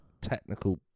technical